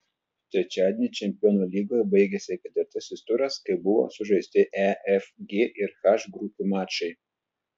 trečiadienį čempionų lygoje baigėsi ketvirtasis turas kai buvo sužaisti e f g ir h grupių mačai